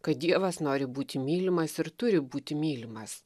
kad dievas nori būti mylimas ir turi būti mylimas